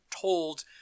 told